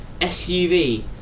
SUV